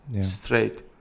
straight